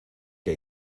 que